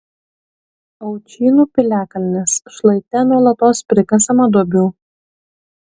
aučynų piliakalnis šlaite nuolatos prikasama duobių